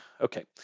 Okay